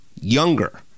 younger